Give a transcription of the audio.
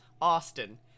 Austin